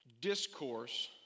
discourse